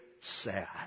sad